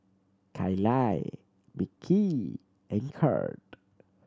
Kalie Mickie and Kirk